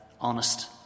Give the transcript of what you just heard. honest